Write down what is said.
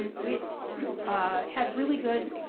and we had really good